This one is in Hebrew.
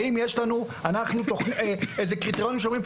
האם יש לנו איזה קריטריונים שאומרים,